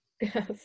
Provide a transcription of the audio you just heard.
Yes